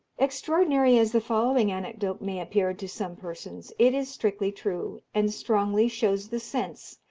extraordinary as the following anecdote may appear to some persons, it is strictly true, and strongly shows the sense,